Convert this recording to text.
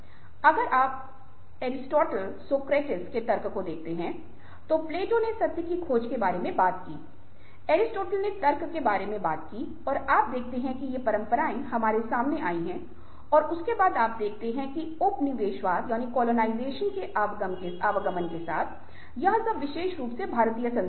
अगर आप समय अरिस्टोटेल सोकरतीस का तर्क को देख रहे हैं तो प्लेटो ने सत्य की खोज के बारे में बात की अरिस्टोटेल ने तर्क के बारे में बात की और आप देखते हैं कि ये परम्पराएँ हमारे सामने आ गई हैं और उसके बाद आप देखते हैं कि उपनिवेशवाद के आगमन के साथ और वह सब विशेष रूप से भारतीय संदर्भ में है